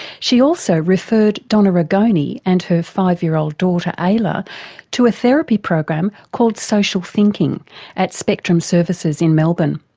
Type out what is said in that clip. she also referred donna rigoni and her five-year-old daughter ayla to a therapy program called social thinking at spectrum services in melbourne.